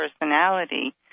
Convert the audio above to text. personality